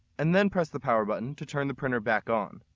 and then press the power button to turn the printer back on.